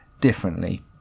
differently